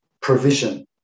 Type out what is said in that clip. provision